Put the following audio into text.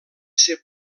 ser